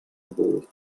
booth